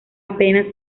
apenas